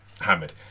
hammered